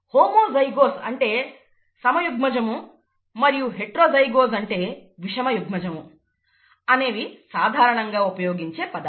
homozygous మరియు heterozygous అనేవి సాధారణంగా ఉపయోగించే పదాలు